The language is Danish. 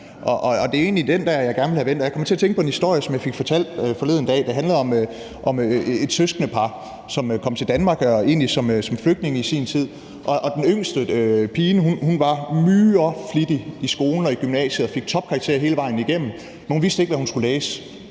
Jeg kommer til at tænke på en historie, som jeg fik fortalt forleden dag, og som handler om et søskendepar, som kom til Danmark, egentlig som flygtninge i sin tid, og hvor den yngste, pigen, var myreflittig i skolen og i gymnasiet og fik topkarakterer hele vejen igennem, men hun vidste ikke, hvad hun skulle læse.